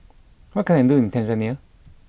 what can I do in Tanzania